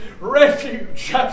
Refuge